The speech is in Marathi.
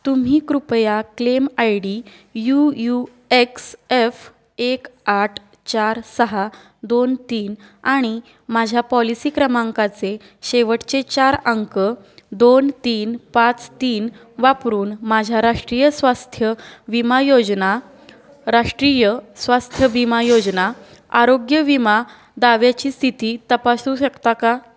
तुम्ही कृपया claim I D U U X F एक आठ चार सहा दोन तीन आणि माझ्या पॉलिसी क्रमांकाचे शेवटचे चार अंक दोन तीन पाच तीन वापरून माझ्या राष्ट्रीय स्वास्थ्य विमा योजना राष्ट्रीय स्वास्थ्य विमा योजना आरोग्य विमा दाव्याची स्थिती तपासू शकता का